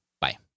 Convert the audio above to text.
Bye